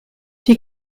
die